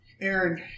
Aaron